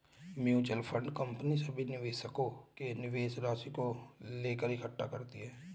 mutual fund company सभी निवेशकों के निवेश राशि को लेकर इकट्ठे करती है